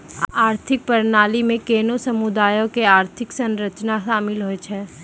आर्थिक प्रणाली मे कोनो समुदायो के आर्थिक संरचना शामिल होय छै